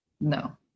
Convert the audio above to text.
No